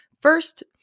First